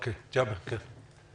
ג'אבר, בבקשה.